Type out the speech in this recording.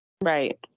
Right